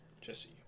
Jesse